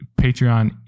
Patreon